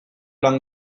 lan